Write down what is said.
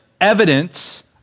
evidence